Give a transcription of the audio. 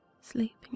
sleeping